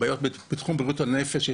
הן בעיות בתחום בריאות הנפש.